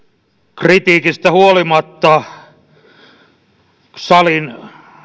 kritiikistä huolimatta salin